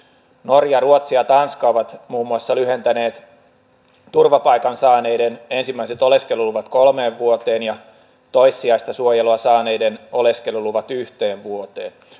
norja ruotsi ja tanska ovat muun muassa lyhentäneet turvapaikan saaneiden ensimmäiset oleskeluluvat kolmeen vuoteen ja toissijaista suojelua saaneiden oleskeluluvat yhteen vuoteen